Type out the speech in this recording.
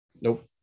Nope